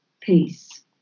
peace